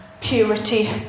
purity